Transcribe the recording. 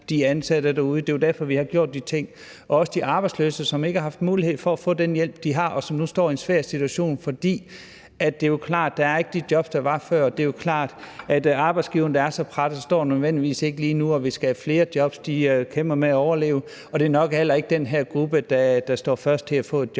det er jo derfor, vi har gjort de ting – og også de arbejdsløse, som ikke har haft mulighed for at få hjælp, og som nu står i en svær situation. For det er jo klart, at der ikke er de jobs, der var før; det er jo klart, at arbejdsgivere, der er så pressede, ikke nødvendigvis står lige nu og vil skabe flere jobs, de kæmper for at overleve. Og det er nok heller ikke den her gruppe, der står først til at få et job.